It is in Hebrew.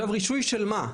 עכשיו, רישוי של מה זה?